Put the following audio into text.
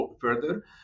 further